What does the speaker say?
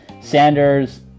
Sanders